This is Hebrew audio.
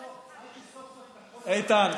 איתן,